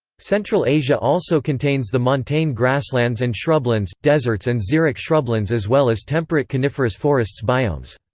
central asia also contains the montane grasslands and shrublands, deserts and xeric shrublands as well as temperate coniferous forests biomes.